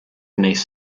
beneath